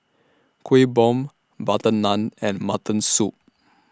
Kuih Bom Butter Naan and Mutton Soup